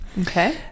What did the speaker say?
Okay